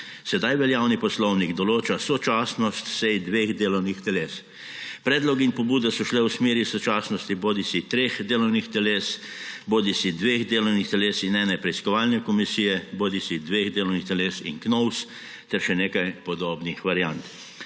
Sedaj veljavni poslovnik določa sočasnost sej dveh delovnih teles. Predlog in pobude so šle v smeri istočasnosti bodisi treh delovnih teles, bodisi dve delovnih teles in ene preiskovalne komisije, bodisi dveh delovnih teles in KNOVS ter še nekaj podobnih variant.